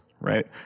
right